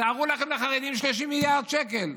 תארו לכם לחרדים, 30 מיליארד שקל.